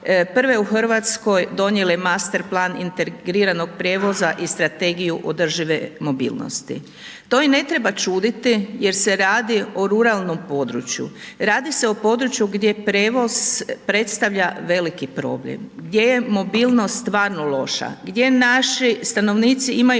prve u Hrvatskoj donijele master plan integriranog prijevoza i strategiju održive mobilnosti. To i ne treba čuditi, jer se radi o ruralnom području. Radi se o području gdje prijevoz predstavlja veliki problem. Gdje je mobilnost stvarno loša, gdje naši stanovnici imaju